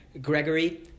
Gregory